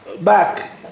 back